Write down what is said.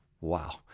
Wow